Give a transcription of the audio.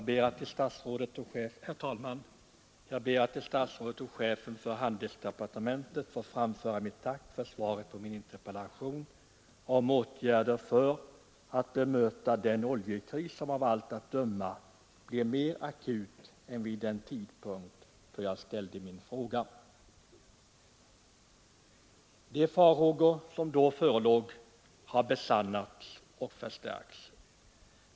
Herr talman! Jag ber att till herr handelsministern få framföra mitt tack för svaret på min interpellation om åtgärder för att möta den oljekris som av allt att döma kommer att bli mer akut än vid den att stimulera ökad tidpunkt då jag framställde interpellationen. De farhågor som då förelåg har besannats och förstärkts.